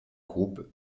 groupe